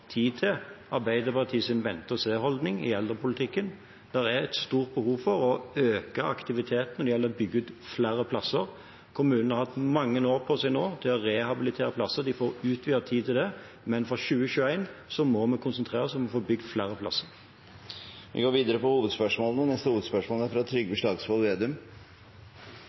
eldrepolitikken. Det er stort behov for å øke aktiviteten når det gjelder å bygge ut flere plasser. Kommunene har nå hatt mange år på seg til å rehabilitere plasser, de får utvidet tid til det. Men fra 2021 må vi konsentrere oss om å få bygd flere plasser. Vi går videre til neste hovedspørsmål. Det mest grunnleggende en stat skal ivareta, er